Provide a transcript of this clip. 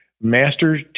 master